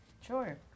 Sure